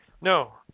No